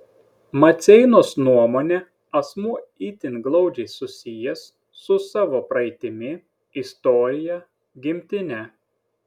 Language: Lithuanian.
maceinos nuomone asmuo itin glaudžiai susijęs su savo praeitimi istorija gimtine